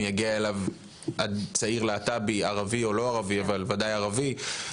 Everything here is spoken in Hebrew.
היה ויגיע אליו צעיר להט״בי בכלל וערבי בפרט,